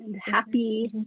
happy